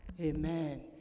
Amen